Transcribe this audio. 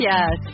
Yes